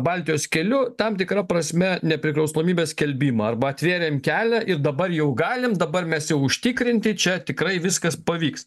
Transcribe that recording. baltijos keliu tam tikra prasme nepriklausomybės skelbimą arba atvėrėme kelią ir dabar jau galim dabar mes jau užtikrinti čia tikrai viskas pavyks